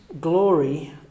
glory